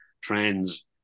trends